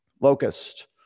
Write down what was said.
Locust